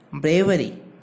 bravery